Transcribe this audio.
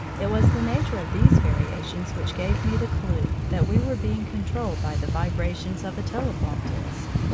it was the nature of these variations which gave me the clue that we were being controlled by the vibrations of a telephone disc.